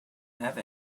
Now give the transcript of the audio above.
have